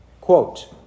Quote